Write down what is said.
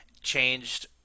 changed